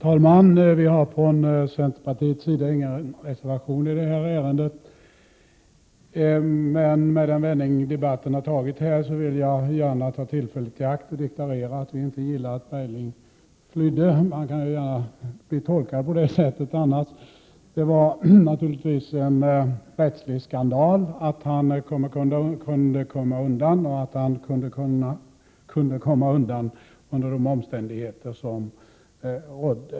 Herr talman! Centerpartiet har inte avgivit någon reservation i detta ärende, men med den vändning debatten här har tagit vill jag ta tillfället i akt och deklarera att vi inte gillar att Bergling flydde. Det är naturligtvis en rättslig skandal att han kunde komma undan och att han kunde göra det under de omständigheter som rådde.